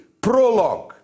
prologue